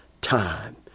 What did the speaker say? time